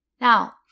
Now